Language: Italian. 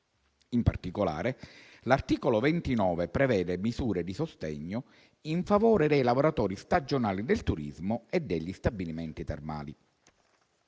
In particolare, l'articolo 29 prevede misure di sostegno in favore dei lavoratori stagionali del turismo e degli stabilimenti termali.